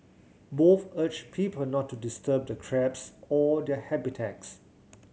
both urged people not to disturb the crabs or their habitats